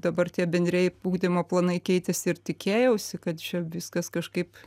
dabar tie bendrieji ugdymo planai keitėsi ir tikėjausi kad čia viskas kažkaip